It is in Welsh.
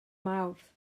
mawrth